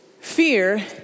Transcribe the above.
fear